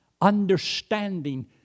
understanding